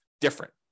different